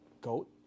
GOAT